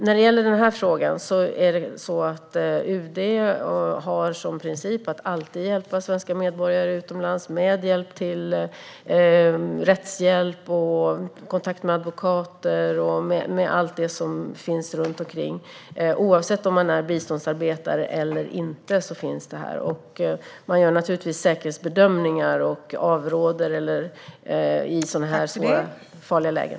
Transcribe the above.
När det gäller den här frågan har UD som princip att alltid hjälpa svenska medborgare utomlands med rättshjälp, kontakt med advokater och allt runt omkring. Oavsett om man är biståndsarbetare eller inte finns det här. Man gör naturligtvis säkerhetsbedömningar och avråder i farliga lägen.